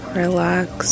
relax